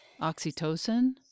Oxytocin